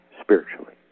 spiritually